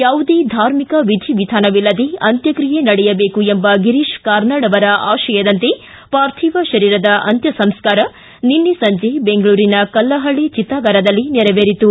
ಯಾವುದೇ ಧಾರ್ಮಿಕ ವಿಧಿ ವಿಧಾನವಿಲ್ಲದೆ ಅಂತ್ಮಕ್ಷಿಯೆ ನಡೆಯಬೇಕು ಎಂಬ ಗಿರೀಶ್ ಕಾರ್ನಾಡ ಅವರ ಆಶಯದಂತೆ ಪಾರ್ಥೀವ ಶರೀರದ ಅಂತ್ಯ ಸಂಸ್ಕಾರ ನಿನ್ನೆ ಸಂಜೆ ಬೆಂಗಳೂರಿನ ಕಲ್ಲಹಳ್ಳಿ ಚಿತಾಗಾರದಲ್ಲಿ ನೆರವೇರಿತು